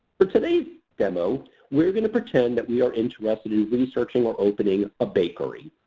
for today's demo we're going to pretend that we are interested in researching or opening a bakery.